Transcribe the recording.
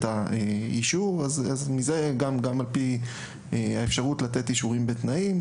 האישור מכך גם האפשרות לתת אישורים בתנאים.